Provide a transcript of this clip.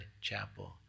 Chapel